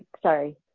Sorry